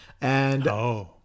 And-